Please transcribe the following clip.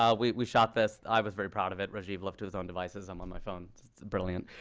ah we we shot this. i was very proud of it. rajiv, left to his own devices i'm on my phone. it's brilliant.